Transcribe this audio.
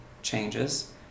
Changes